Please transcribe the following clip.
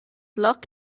lucht